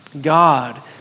God